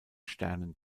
sternen